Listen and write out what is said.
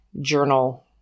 journal